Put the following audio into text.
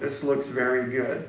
this looks very good